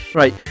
right